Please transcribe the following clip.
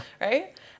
Right